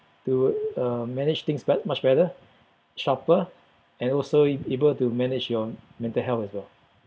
to uh manage things much much better sharper and also a~ able to manage your mental health as well